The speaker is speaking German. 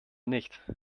nicht